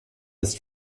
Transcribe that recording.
ist